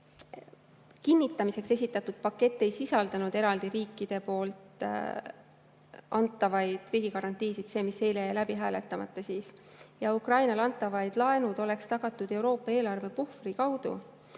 Kinnitamiseks esitatud pakett ei sisaldanud eraldi riikide antavaid riigigarantiisid, see, mis eile jäi läbi hääletamata, ja Ukrainale antavad laenud oleks tagatud Euroopa eelarvepuhvri kaudu,